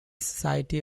society